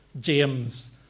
james